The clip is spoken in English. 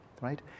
right